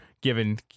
given